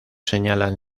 señalan